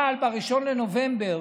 אבל ב-1 בנובמבר,